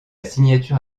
signature